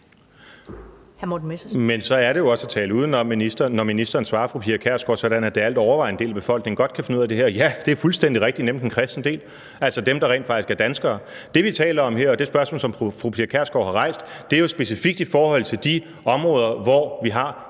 Men så er det jo også at tale udenom, minister, når ministeren svarer fru Pia Kjærsgaard, at den altovervejende del af befolkningen godt kan finde ud af det her – ja, det er fuldstændig rigtigt, nemlig den kristne del; altså dem, der rent faktisk er danskere. Det, vi taler om her, og det spørgsmål, som fru Pia Kjærsgaard har rejst, er jo specifikt i forhold til de områder, hvor vi har